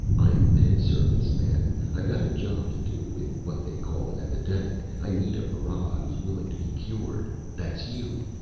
i'm med service, man! i've got a job to do with what they call an epidemic! i need a para who's willing to be cured! that's you!